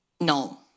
No